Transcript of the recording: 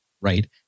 Right